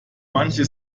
manche